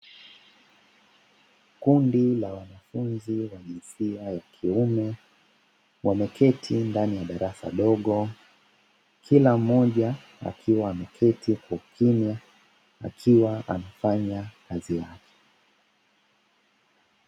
Kundi la wanafunzi wa jinsia ya kiume, wameketi ndani ya darasa dogo kila mmoja akiwa ameketi kwa ukimya, akiwa anafanya kazi yake.